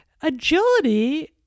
agility